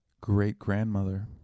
great-grandmother